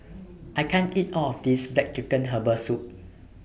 I can't eat All of This Black Chicken Herbal Soup